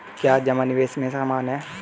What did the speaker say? क्या जमा निवेश के समान है?